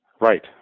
Right